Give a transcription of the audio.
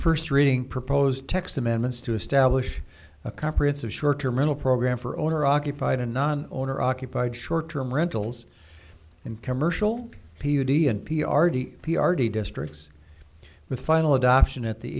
first reading proposed text amendments to establish a comprehensive short term rental program for owner occupied and non owner occupied short term rentals and commercial p u d n p r d p r d districts with final adoption at the